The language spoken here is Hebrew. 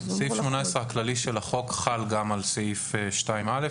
סעיף 18 הכללי של החוק חל גם על סעיף 2(א)